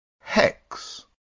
hex